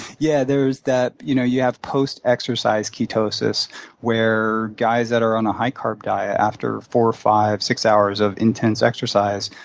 yeah, there's that you know you have post-exercise ketosis where guys that are on a high-carb diet after four, five, six hours of intense exercise,